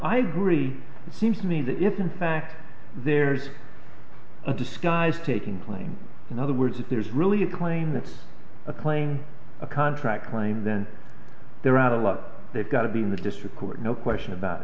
i agree it seems to me that if in fact there's a disguise taking place in other words if there's really a claim that's a claim a contract claim then they're out of luck they've got to be in the district court no question about it